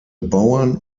bauern